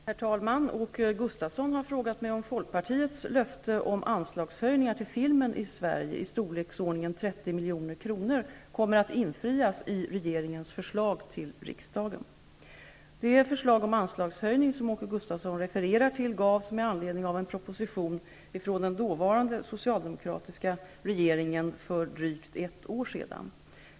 Herr talman! Åke Gustavsson har frågat mig om Sverige i storleksordningen 30 milj.kr. kommer att infrias i regeringens förslag till riksdagen. Gustavsson refererar till gavs med anledning av en proposition från den dåvarande socialdemokratiska regeringen för drygt ett år sedan.